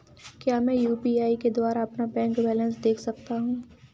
क्या मैं यू.पी.आई के द्वारा अपना बैंक बैलेंस देख सकता हूँ?